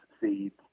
seeds